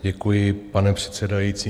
Děkuji, pane předsedající.